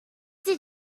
did